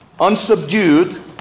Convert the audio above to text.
Unsubdued